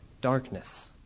darkness